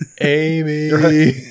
Amy